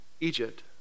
Egypt